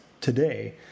today